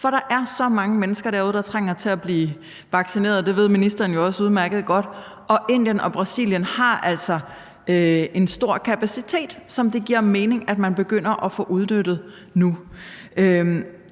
For der er så mange mennesker derude, der trænger til at blive vaccineret. Det ved ministeren jo også udmærket godt. Og Indien og Brasilien har altså en stor kapacitet, som det giver mening man begynder at få udnyttet nu.